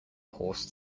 horse